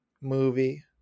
movie